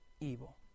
evil